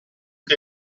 che